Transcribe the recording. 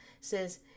says